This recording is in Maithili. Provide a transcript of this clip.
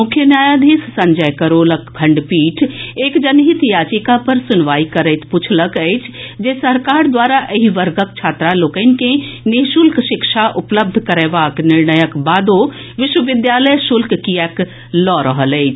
मुख्य न्यायाधीश संजय करोलक खंडपीठ एक जनहित याचिका पर सुनवाई करैत पूछलक अछि जे सरकार द्वारा एहि वर्गक छात्रा लोकनि के नि शुल्क शिक्षा उपलब्ध करएबाक निर्णयक बादो विश्वविद्यालय शुल्क किएक लऽ रहल अछि